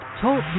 Talk